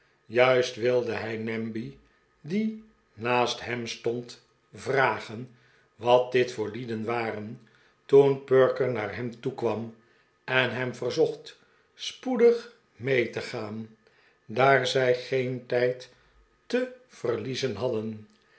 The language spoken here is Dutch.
juist wilde hij namby die naast hem stond vragen wat dit voor lieden waren toen perker naar hem toekwam en hem verzocht spoedig mee te gaan daar zij geen tijd te verliezen hadden